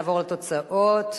נעבור לתוצאות: